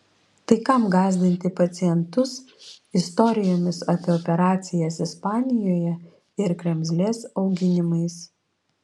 tai kam gąsdinti pacientus istorijomis apie operacijas ispanijoje ir kremzlės auginimais